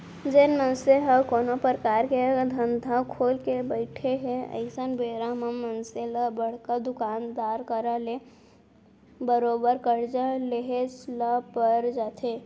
जेन मनसे ह कोनो परकार के धंधा खोलके बइठे हे अइसन बेरा म मनसे ल बड़का दुकानदार करा ले बरोबर करजा लेहेच ल पर जाथे